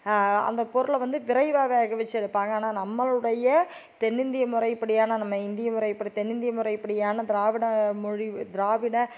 அந்த பொருளை வந்து விரைவாக வேக வெச்சு எடுப்பாங்க ஆனால் நம்மளுடைய தென்னிந்திய முறைப்படியான நம்ம இந்திய முறைப்படி தென்னிந்திய முறைப்படியான திராவிட மொழி திராவிட